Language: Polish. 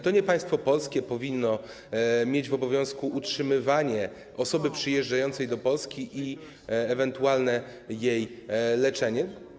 To nie państwo polskie powinno mieć w obowiązku utrzymywanie osoby przyjeżdżającej do Polski i ewentualne jej leczenie.